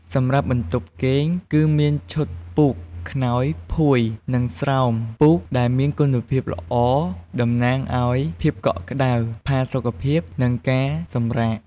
សម្រាប់បន្ទប់គេង គឺមានឈុតពូក ខ្នើយ ភួយ និងស្រោមពូកដែលមានគុណភាពល្អតំណាងឲ្យ ភាពកក់ក្តៅ ផាសុកភាព និង ការសម្រាក។